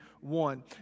one